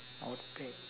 I would pick